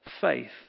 faith